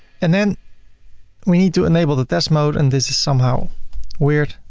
and then we need to enable the test mode and this is somehow weird.